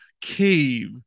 cave